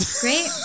Great